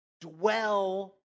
dwell